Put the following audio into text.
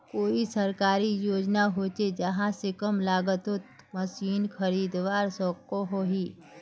कोई सरकारी योजना होचे जहा से कम लागत तोत मशीन खरीदवार सकोहो ही?